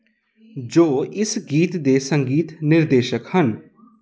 ਜੋ ਇਸ ਗੀਤ ਦੇ ਸੰਗੀਤ ਨਿਰਦੇਸ਼ਕ ਹਨ